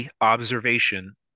Observation